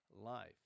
life